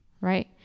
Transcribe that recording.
right